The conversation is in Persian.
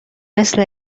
مثل